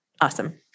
awesome